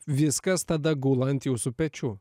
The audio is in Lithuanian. viskas tada gula ant jūsų pečių